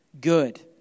good